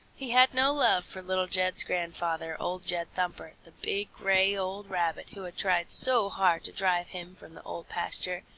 he had no love for little jed's grandfather, old jed thumper, the big, gray, old rabbit who had tried so hard to drive him from the old pasture,